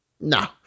No